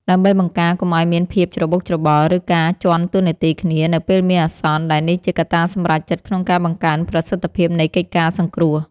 ដើម្បីបង្ការកុំឱ្យមានភាពច្របូកច្របល់ ឬការជាន់តួនាទីគ្នានៅពេលមានអាសន្ន ដែលនេះជាកត្តាសម្រេចចិត្តក្នុងការបង្កើនប្រសិទ្ធភាពនៃកិច្ចការសង្គ្រោះ។